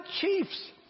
chiefs